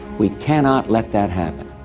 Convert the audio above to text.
we cannot let that happen.